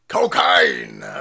Cocaine